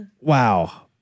Wow